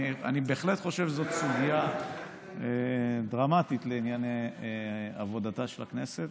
אני בהחלט חושב שזאת סוגיה דרמטית לענייני עבודתה של הכנסת,